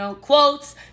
quotes